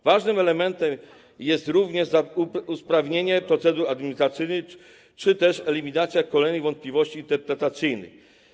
Ważnym elementem jest również usprawnienie procedur administracyjnych czy też eliminacja kolejnych wątpliwości interpretacyjnych.